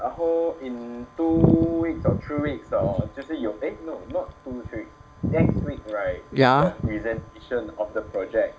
ya